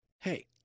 hey